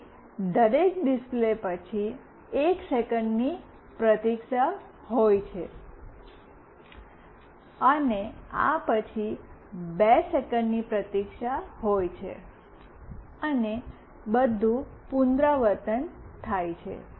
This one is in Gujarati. પછી દરેક ડિસ્પ્લે 1 સેકંડની પ્રતીક્ષા હોય છે અને આ પછી 2 સેકંડની પ્રતીક્ષા હોય છે અને બધું પુનરાવર્તન થાય છે